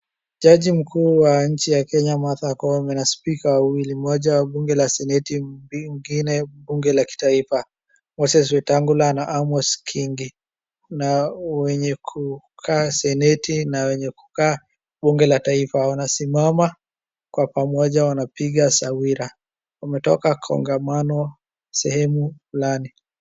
Jaji mkuu wa nchi ya Kenya Martha Koome na spika wawili, mmoja wa bunge la seneti, mwingine bunge la kitaifa, Moses Wetangula na Amason Kingi na wenye kukaa seneti na wenye kukaa bunge la taifa wanasimama kwa pamoja wanapiga sawira. Wametoka kongamano sehemu fulani.